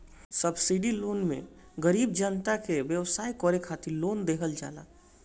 subsidy loan मे गरीब जनता के व्यवसाय करे खातिर लोन देहल जाला